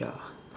ya